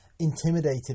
intimidated